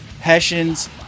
Hessians